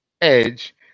edge